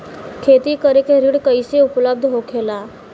खेती करे के ऋण कैसे उपलब्ध होखेला?